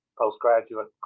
postgraduate